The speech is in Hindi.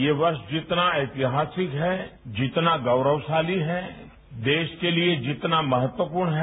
ये वर्ष जितना ऐतिहासिक है जितना गौरवशालीहै देश के लिए जितना महत्वपूर्ण है